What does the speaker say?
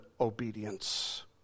obedience